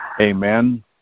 Amen